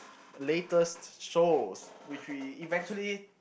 latest shows which we eventually